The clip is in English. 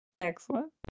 Excellent